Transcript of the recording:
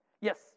Yes